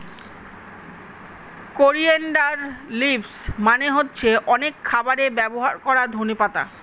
coriander leaves মানে হচ্ছে অনেক খাবারে ব্যবহার করা ধনে পাতা